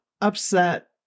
upset